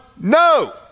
no